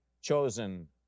chosen